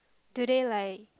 do they like